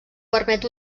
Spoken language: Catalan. permet